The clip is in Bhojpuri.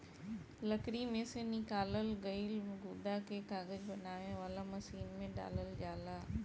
लकड़ी में से निकालल गईल गुदा के कागज बनावे वाला मशीन में डालल जाला